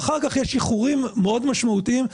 ואחר כך יש אישורים מאוד משמעותיים,